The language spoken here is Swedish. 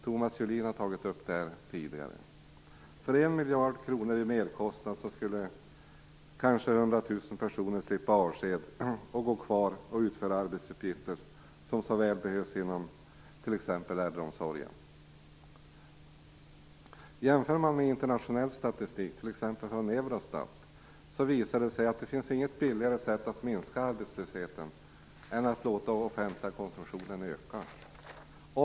Thomas Julin har tagit upp detta tidigare. För 1 miljard kronor i merkostnad skulle kanske 100 000 personer slippa avsked och kunna gå kvar och utföra arbetsuppgifter som så väl behövs inom t.ex. äldreomsorgen. Jämför man med internationell statistik, t.ex. från Eurostat, visar det sig att det inte finns något billigare sätt att minska arbetslösheten än att låta den offentliga konsumtionen öka.